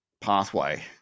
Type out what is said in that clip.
pathway